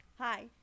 Hi